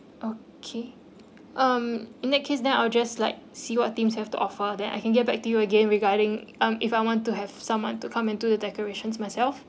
okay um in that case then I'll just like see what teams have to offer then I can get back to you again regarding um if I want to have someone to come in do the decorations myself